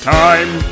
time